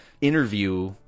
interview